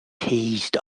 teased